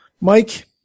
Mike